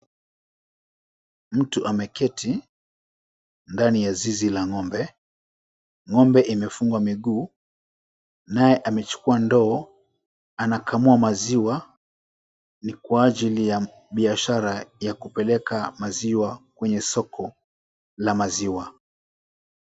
Mtu ameketi ndani ya zizi la ng'ombe. Ng'ombe imefungwa miguu naye amechukua ndoo. Anakamua maziwa. Ni kwa ajili ya biashara ya kupeleka maziwa kwenye soko la maziwa.